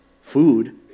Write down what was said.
food